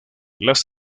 las